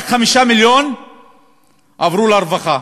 רק 5 מיליון הועברו לרווחה.